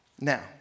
Now